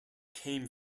came